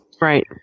Right